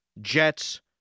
Jets